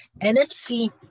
NFC